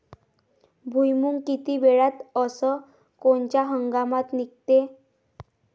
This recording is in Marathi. भुईमुंग किती वेळात अस कोनच्या हंगामात निगते?